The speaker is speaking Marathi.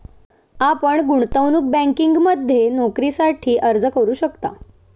आपण गुंतवणूक बँकिंगमध्ये नोकरीसाठी अर्ज करू शकता